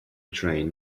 train